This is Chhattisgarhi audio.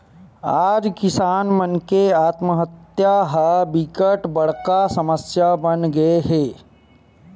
आज किसान मन के आत्महत्या ह बिकट बड़का समस्या बनगे हे